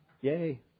yay